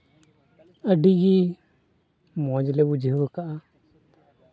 ᱟᱹᱰᱤ ᱜᱮ ᱢᱚᱡᱽ ᱞᱮ ᱵᱩᱡᱷᱟᱹᱣ ᱠᱟᱜᱼᱟ